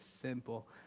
simple